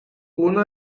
uno